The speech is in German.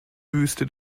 wüste